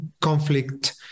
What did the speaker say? conflict